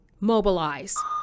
mobilize